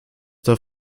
der